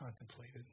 contemplated